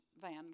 Van